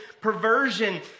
perversion